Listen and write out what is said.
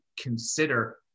consider